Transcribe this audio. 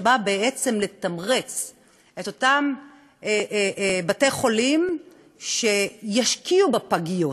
שנועד בעצם לתמרץ את אותם בתי-חולים שישקיעו בפגיות.